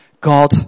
God